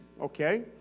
okay